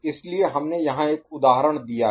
इसलिए हमने यहां एक उदाहरण दिया है